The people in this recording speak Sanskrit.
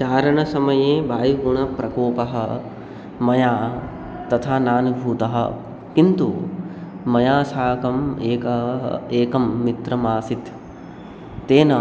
चारणसमये वायुगुणप्रकोपः मया तथा नानुभूतः किन्तु मया साकम् एकः एकः मित्रः आसीत् तेन